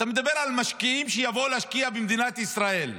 אתה מדבר על משקיעים שיבואו להשקיע במדינת ישראל.